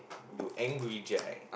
you angry jack